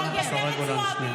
לא נותנת לדבר.